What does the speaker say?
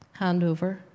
handover